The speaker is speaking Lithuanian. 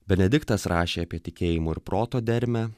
benediktas rašė apie tikėjimo ir proto dermę